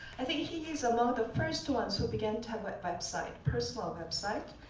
i think he's among the first ones who began to have a website, personal website.